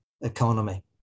economy